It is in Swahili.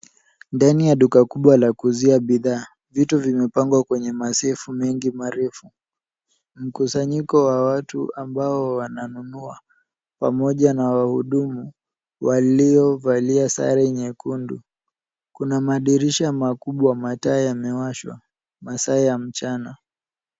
Ndani ya duka kubwa la kuuzia bidhaa, vitu vimepangwa kwenye masefu mengi marefu. Mkusanyiko wa watu ambao wananunua pamoja na wahudumu walio valia sare nyekundu. Kuna madirisha makubwa, mataa yamewashwa. Masaa ya mchana.